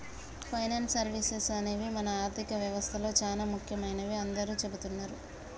finance services అనేవి మన ఆర్థిక వ్యవస్తలో చానా ముఖ్యమైనవని అందరూ చెబుతున్నరు